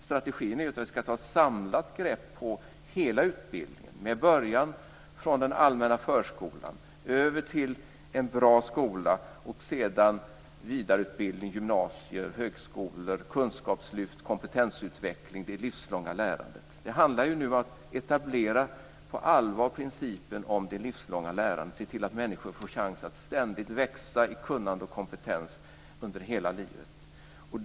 Strategin är att ta ett samlat grepp på hela utbildningen: med början i den allmänna förskolan, över till en bra skola och sedan vidareutbildning, gymnasier, högskolor, kunskapslyft, kompetensutveckling, det livslånga lärandet. Det handlar nu om att på allvar etablera principen om det livslånga lärandet, se till att människor får chans att ständigt växa i kunnande och kompetens under hela livet.